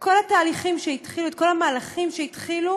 כל התהליכים שהתחילו, את כל המהלכים שהתחילו,